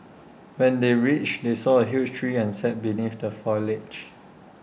when they reached they saw A huge tree and sat beneath the foliage